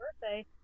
birthday